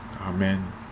Amen